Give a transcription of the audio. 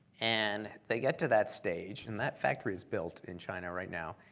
and they get to that stage, and that factory is built in china right now,